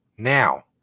Now